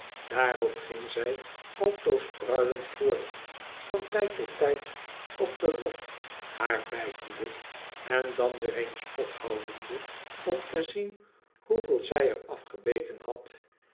daarop gmg zij altoos pruilend voort van tijd tot tijd op de lok haar bijtende en dan weer eens ophoudende om te zien hoeveel zij er afgebeten had